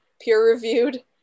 peer-reviewed